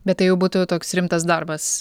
bet tai jau būtų toks rimtas darbas